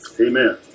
Amen